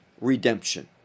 redemption